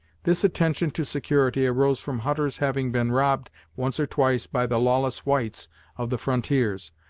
this attention to security arose from hutter's having been robbed once or twice by the lawless whites of the frontiers,